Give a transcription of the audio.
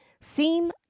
seem